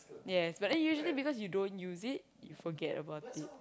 yes but then usually because you don't use it you forget about it